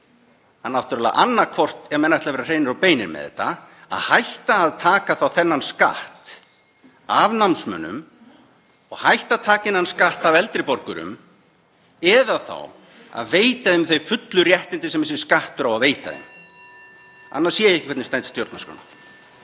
hreinasta í þessu væri annaðhvort, ef menn ætla að vera hreinir og beinir með þetta, að hætta að taka þennan skatt af námsmönnum og hætta að taka þennan skatt af eldri borgurum, eða þá að veita þeim þau fullu réttindi sem þessi skattur á að veita þeim. Annars sé ég ekki hvernig þetta stenst stjórnarskrá.